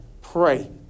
Pray